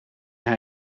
hij